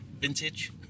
Vintage